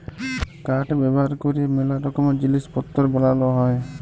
কাঠ ব্যাভার ক্যরে ম্যালা রকমের জিলিস পত্তর বালাল হ্যয়